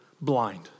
blind